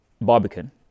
Barbican